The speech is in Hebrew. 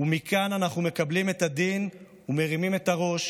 מכאן אנחנו מקבלים את הדין ומרימים את הראש.